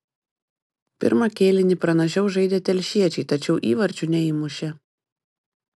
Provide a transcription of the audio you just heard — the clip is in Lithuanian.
pirmą kėlinį pranašiau žaidė telšiečiai tačiau įvarčių neįmušė